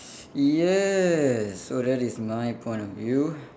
yes so that is my point of view